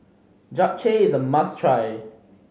japchae is a must try